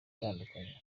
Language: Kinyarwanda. itandukanye